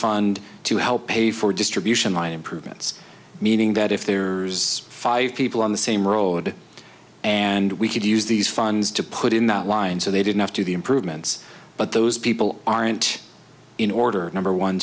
fund to help pay for distribution line improvements meaning that if there's five people on the same road and we could use these funds to put in that line so they didn't have to the improvements but those people aren't in order number one